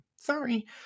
sorry